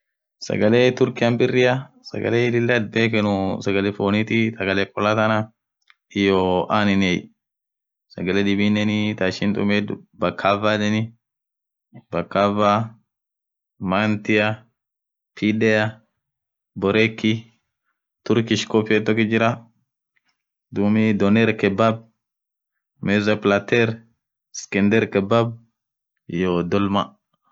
sagale turkeyan birria sagale lila itbekhen sagale fonith sagale khola than iyoo anen sagale dibiinen taishin tumet bakava mantia kidea boreki turkishkofied duumii donerkebab mezaplaateer sikenderkebab iyoo thulma